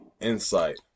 insight